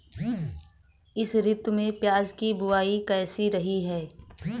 इस ऋतु में प्याज की बुआई कैसी रही है?